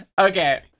Okay